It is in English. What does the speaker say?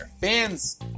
fans